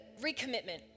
recommitment